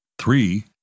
Three